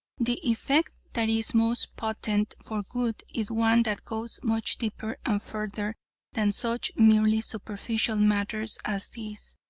the effect that is most potent for good is one that goes much deeper and further than such merely superficial matters as these.